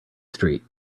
street